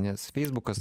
nes feisbukas